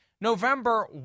November